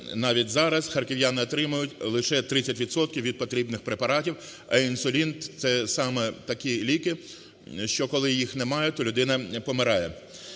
навіть зараз харків'яни отримують лише 30 відсотків від потрібних препаратів, а інсулін – це саме такі ліки, що коли їх немає, то людина помирає.